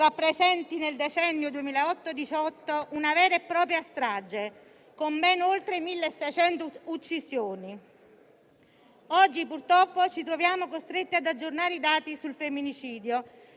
rappresenti nel decennio 2008-2018 una vera e propria strage con ben oltre 1.600 uccisioni. Oggi ci troviamo costretti ad aggiornare i dati sul femminicidio: